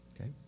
Okay